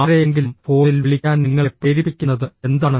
ആരെയെങ്കിലും ഫോണിൽ വിളിക്കാൻ നിങ്ങളെ പ്രേരിപ്പിക്കുന്നത് എന്താണ്